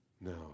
No